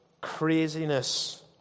craziness